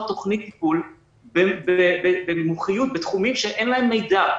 תוכנית טיפול במומחיות בתחומים שאין להם מידע: